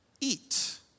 eat